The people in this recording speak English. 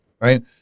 Right